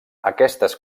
aquestes